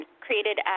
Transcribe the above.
created